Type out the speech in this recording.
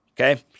Okay